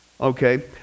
okay